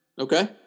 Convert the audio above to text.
Okay